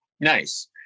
nice